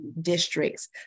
districts